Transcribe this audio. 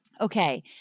Okay